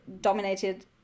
dominated